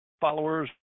followers